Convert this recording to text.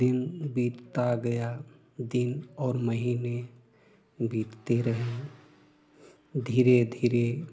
दिन ता गया दिन और महीने बीतते रहे धीरे धीरे